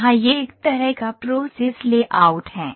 वहां यह एक तरह का प्रोसेस लेआउट है